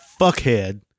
fuckhead